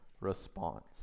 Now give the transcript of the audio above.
response